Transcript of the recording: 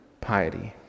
piety